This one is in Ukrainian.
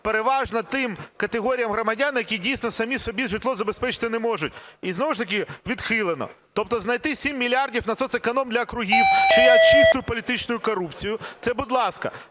переважно тим категоріям громадян, які дійсно самі собі житло забезпечити не можуть і знову ж таки відхилено. Тобто знайти 7 мільярдів на соцеконом для округів, що є чистою політичною корупцією – це, будь ласка.